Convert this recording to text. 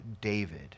David